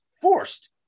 forced